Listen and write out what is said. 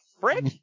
frick